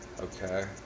okay